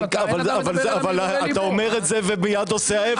--- אבל אתה אומר את זה ומיד עושה ההיפך.